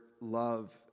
love